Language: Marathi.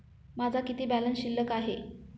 माझा किती बॅलन्स शिल्लक आहे?